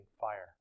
fire